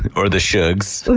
or the shugs,